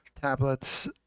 Tablets